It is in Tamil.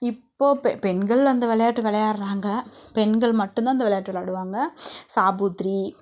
இப்போது பெண்கள் அந்த விளையாட்டு விளையாட்றாங்க பெண்கள் மட்டுந்தான் அந்த விளையாட்டு விளையாடுவாங்க சா பூ த்ரீ